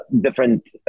different